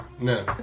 No